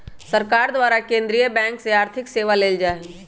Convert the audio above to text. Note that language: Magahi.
सरकार द्वारा केंद्रीय बैंक से आर्थिक सेवा लेल जाइ छइ